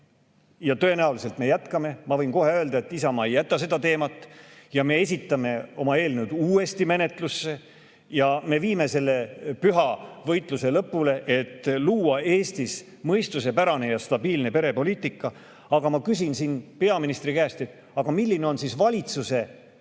ja tõenäoliselt me jätkame. Ma võin kohe öelda, et Isamaa ei jäta seda teemat, me esitame oma eelnõud uuesti menetlusse ja me viime selle püha võitluse lõpule, et luua Eestis mõistuspärane ja stabiilne perepoliitika. Aga ma küsin siin peaministri käest: milline on siis valitsuse lahendus